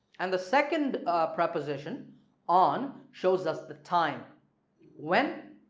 and the second proposition on shows us the time when?